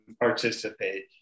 participate